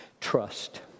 trust